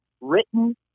written